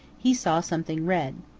he saw something red.